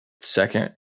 second